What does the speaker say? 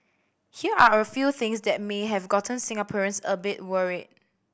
here are a few things that may have gotten Singaporeans a bit worried